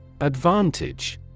Advantage